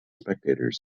spectators